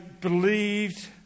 believed